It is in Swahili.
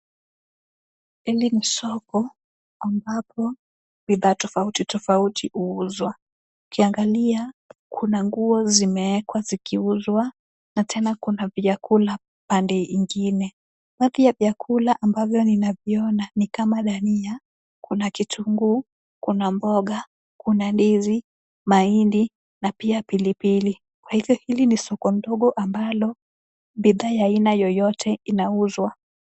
Hili ni soko ambapo bidhaa tofauti tofauti huuzwa. Ukiangalia, kuna nguo zimeekwa zikiuzwa na tena kuna vyakula pande ingine. Baadhi ya vyakula ambavyo ninaviona ni kama dania, kuna kitunguu, kuna mboga, kuna ndizi, mahindi na pia pilipili. Hili ni soko ndogo ambalo bidhaa ya aina yoyote inauzwa.